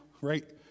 right